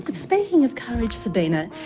but speaking of courage, sabina,